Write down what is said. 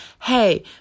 Hey